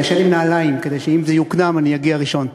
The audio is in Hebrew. אני ישן עם נעליים כדי שאם זה יוקדם אני אגיע ראשון.